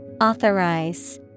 Authorize